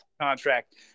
Contract